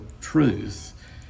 truth